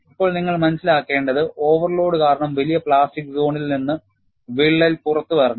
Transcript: ഇപ്പോൾ നിങ്ങൾ മനസ്സിലാക്കേണ്ടത് ഓവർലോഡ് കാരണം വലിയ പ്ലാസ്റ്റിക് സോണിൽ നിന്ന് വിള്ളൽ പുറത്തുവരണം